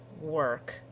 work